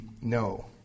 no